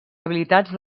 habilitats